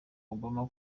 obama